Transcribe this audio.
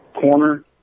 Corner